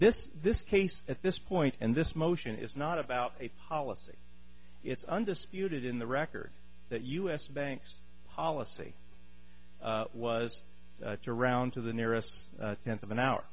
this this case at this point and this motion is not about a policy it's undisputed in the record that u s banks policy was to round to the nearest tenth of an hour